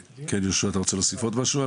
יהושע, אתה רוצה להוסיף משהו?